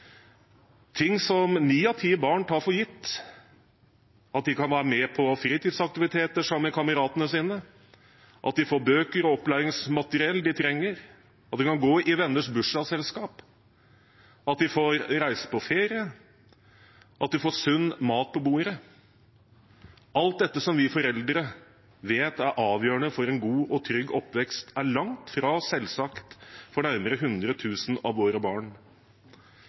Ting som ni av ti barn tar for gitt, at de kan være med på fritidsaktiviteter sammen med kameratene sine, at de får bøker og opplæringsmateriell de trenger, at de kan gå i venners bursdagsselskap, at de får reise på ferie, at de får sunn mat på bordet – alt dette som vi foreldre vet er avgjørende for en god og trygg oppvekst er langt fra selvsagt for nærmere 100 000 av våre barn.